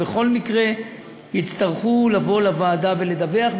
ובכל מקרה יצטרכו לבוא לוועדה ולדווח,